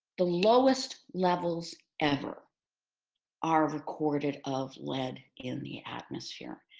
the lowest levels ever are recorded of lead in the atmosphere.